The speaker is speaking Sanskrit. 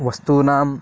वस्तूनां